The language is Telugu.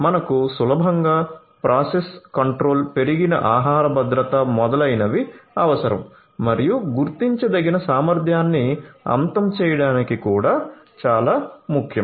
మనకు సులభంగా ప్రాసెస్ కంట్రోల్ పెరిగిన ఆహార భద్రత మొదలైనవి అవసరం మరియు గుర్తించదగిన సామర్థ్యాన్ని అంతం చేయడానికి కూడా చాలా ముఖ్యం